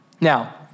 Now